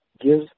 give